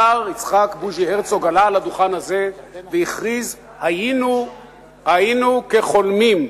השר יצחק בוז'י הרצוג עלה לדוכן הזה והכריז: היינו כחולמים,